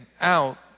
out